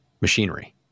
machinery